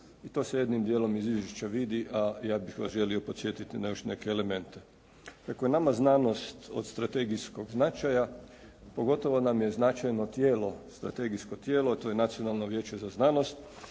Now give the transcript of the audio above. i to se jednim dijelom iz izvješća vidi, a ja bih vas želio podsjetiti na još neke elemente. Dakle, nama je znanost od strategijskog značaja, pogotovo nam je značajno tijelo, strategijsko tijelo, to je Nacionalno vijeće za znanost